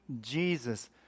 Jesus